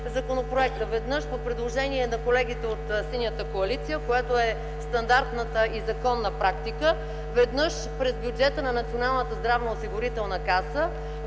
Веднъж – по предложение на колегите от Синята коалиция, което е стандартната и законна практика; веднъж – през бюджета на Националната здравноосигурителна каса;